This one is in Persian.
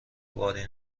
باری